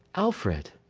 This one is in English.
alfred,